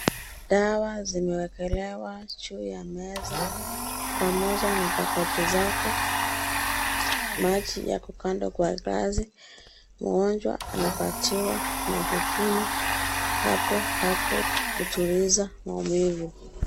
Dawa zimewekelewa juu ya meza pamoja an paketi zake. Maji yako kando kwa glasi. Mgonjwa anapatiwa na kukunywa hapo hapo kutuliza maumivu.